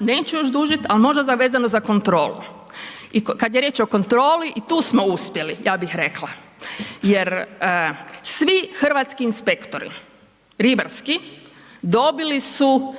Neću još dužiti, ali možda vezano za kontrolu i kada je riječ o kontroli i tu smo uspjeli ja bih rekla, jer svi hrvatski inspektori ribarski dobili su